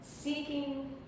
Seeking